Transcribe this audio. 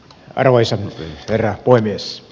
arvoisa herra puhemies